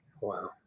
wow